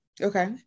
Okay